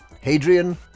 Hadrian